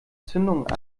zündung